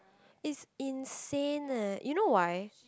is insane eh you know why